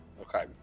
Okay